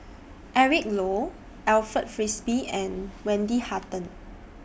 Eric Low Alfred Frisby and Wendy Hutton